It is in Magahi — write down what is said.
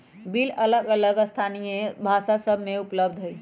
बिल अलग अलग स्थानीय भाषा सभ में उपलब्ध हइ